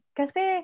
kasi